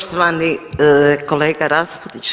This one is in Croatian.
Poštovani kolega Raspudić.